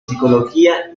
psicología